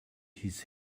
his